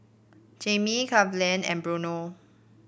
Jami Cleveland and Bruno